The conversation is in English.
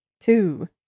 Two